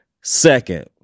Second